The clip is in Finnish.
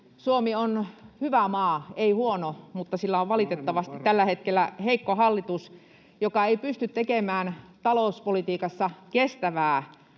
Suomi on hyvä maa, ei huono, mutta sillä on valitettavasti tällä hetkellä heikko hallitus, joka ei pysty tekemään kestävää